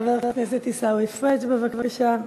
חבר הכנסת עיסאווי פריג', בבקשה.